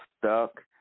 stuck